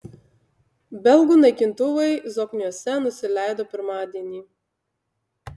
belgų naikintuvai zokniuose nusileido pirmadienį